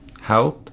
health